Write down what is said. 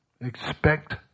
expect